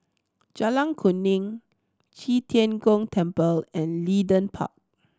Jalan Kuning Qi Tian Gong Temple and Leedon Park